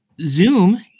Zoom